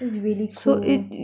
it's really cool